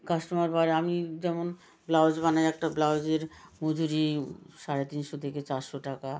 customer বাড়ে আমি যেমন ব্লাউজ বানাই একটা ব্লাউজের মজুরি সাড়ে তিনশো থেকে চারশো টাকা